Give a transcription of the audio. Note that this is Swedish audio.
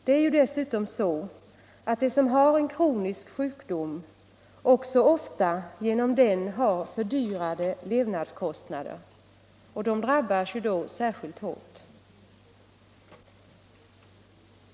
De som har en kronisk sjukdom får ofta genom den också fördyrade levnadskostnader och drabbas då särskilt hårt.